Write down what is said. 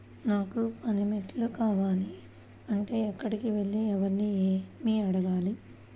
నాకు పనిముట్లు కావాలి అంటే ఎక్కడికి వెళ్లి ఎవరిని ఏమి అడగాలి?